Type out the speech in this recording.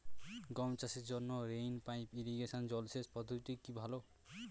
গম চাষের জন্য রেইন পাইপ ইরিগেশন জলসেচ পদ্ধতিটি কি ভালো?